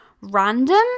Random